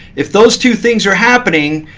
if those two things are happening,